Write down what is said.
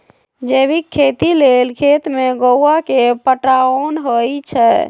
जैविक खेती लेल खेत में गोआ के पटाओंन होई छै